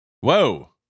Whoa